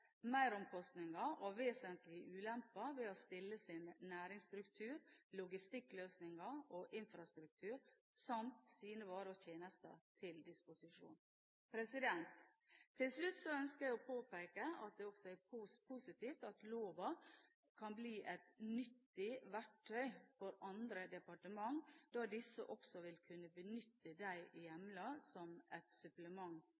og vesentlige ulemper ved å stille sin næringsstruktur, sine logistikkløsninger og sin infrastruktur samt sine varer og tjenester til disposisjon. Til slutt ønsker jeg å påpeke at det også er positivt at loven kan bli et nyttig verktøy for andre departementer, da disse også vil kunne benytte de